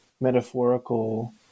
metaphorical